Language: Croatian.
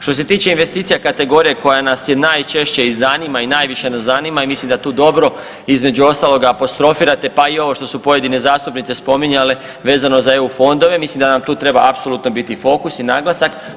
Što se tiče investicija kategorije koja nas je najčešće … i najviše nas zanima i mislim da tu dobro između ostalog apostrofirate pa i ovo što su pojedine zastupnice spominjale vezano za eu fondove, mislim da nam tu treba apsolutno biti fokus i naglasak.